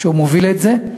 והוא מוביל את זה.